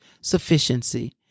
sufficiency